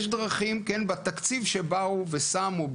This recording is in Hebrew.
יש דרכים בתקציב שבאו ושמו,